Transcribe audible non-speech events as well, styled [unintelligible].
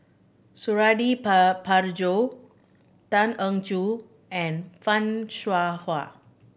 Suradi [unintelligible] Parjo Tan Eng Joo and Fan Shao Hua